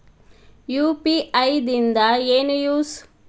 UPI ದಿಂದ ಏನು use?